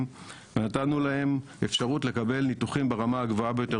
ונתנו להם אפשרות לקבל ניתוחים ברמה הגבוהה ביותר